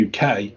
uk